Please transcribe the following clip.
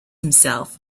himself